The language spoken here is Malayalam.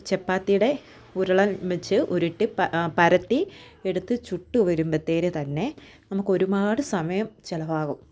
ചപ്പാത്തിയുടെ ഉരുളൻ വെച്ച് ഉരുട്ടിപ്പരത്തി എടുത്ത് ചുട്ട് വരുമ്പത്തേന് തന്നെ നമുക്ക് ഒരുപാട് സമയം ചിലവാകും